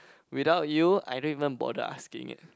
without you I don't even bother asking it